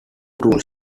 tools